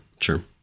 sure